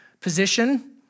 position